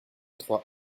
trois